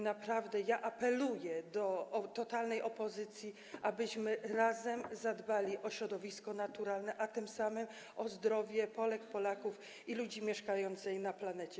Naprawdę apeluję do totalnej opozycji, abyśmy razem zadbali o środowisko naturalne, a tym samym o zdrowie Polek, Polaków, ludzi mieszkających na naszej planecie.